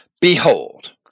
Behold